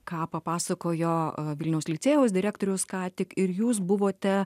ką papasakojo vilniaus licėjaus direktorius ką tik ir jūs buvote